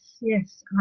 Yes